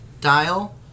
dial